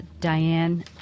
Diane